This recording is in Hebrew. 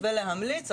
ולהמליץ.